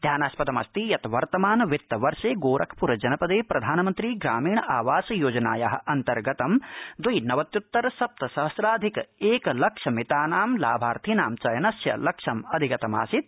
ध्यानास्पदमस्ति यत् वर्तमान वित्त वर्षे गोरखपुर जनपदे प्रधानमन्त्रि ग्रामीण आवास योजनाया अंतर्गत द्वि नवत्य्तर सप्त सहस्राधिक एक लक्ष मितानां लाभार्थिनां चयनस्य लक्ष्यमधिगतमासीत्